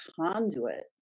conduit